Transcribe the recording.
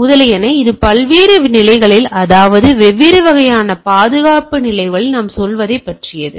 முதலியன இது பல்வேறு நிலைகளில் அல்லது வெவ்வேறு வகையான பாதுகாப்பு நிலைகளில் நாம் சொல்வதைப் பற்றியது